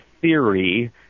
theory